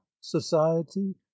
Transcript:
society